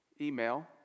email